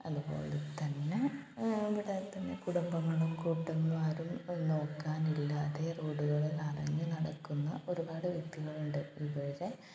അതുപോലെ തന്നെ ഇവിടെ തന്നെ കുടുംബങ്ങളും കൂട്ടിനും ആരും നോക്കാനില്ലാതെ റോഡുകളിൽ അലഞ്ഞ് നടക്കുന്ന ഒരുപാട് വ്യക്തികളുണ്ട് ഇവരെ